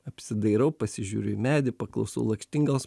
apsidairau pasižiūriu į medį paklausu lakštingalos